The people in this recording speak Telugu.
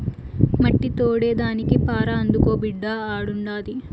మట్టి తోడేదానికి పార అందుకో బిడ్డా ఆడుండాది